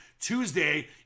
Tuesday